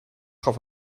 gaf